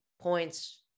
points